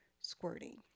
squirting